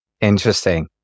Interesting